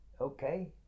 okay